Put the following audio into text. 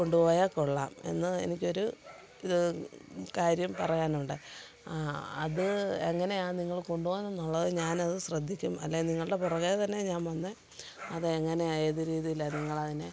കൊണ്ടുപോയാൽ കൊള്ളാം എന്ന് എനിക്കൊരു കാര്യം ഇത് പറയാനുണ്ട് അത് എങ്ങനെയാണ് നിങ്ങൾ കൊണ്ടു പോവുന്നുള്ളത് ഞാനത് ശ്രദ്ധിക്കും അല്ലേ നിങ്ങളുടെ പുറകെ തന്നെ ഞാൻ വന്ന് അതെങ്ങനെയാണ് ഏത് രീതിയിലാണ് നിങ്ങളയിനെ